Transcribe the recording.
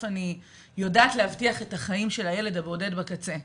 אני יודעת להבטיח את החיים של הילד הבודד בקצרה,